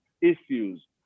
issues